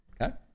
Okay